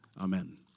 Amen